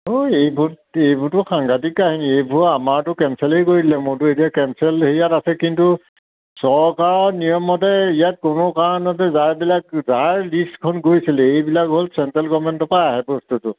অঁ এইবোত এইবোৰতো সাংঘাতিক কাহিনী এইবোৰ আমাৰতো কেঞ্চেলেই কৰি দিলে মইতো এতিয়া কেঞ্চেল হেৰিয়াত আছে কিন্তু চৰকাৰৰ নিয়মতে ইয়াত কোনো কাৰণতে যাৰবিলাক যাৰ লিষ্টখন গৈছিলে এইবিলাক হ'ল চেণ্ট্ৰেল গভমেণ্টৰ পৰা আহে বস্তুটো